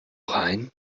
rein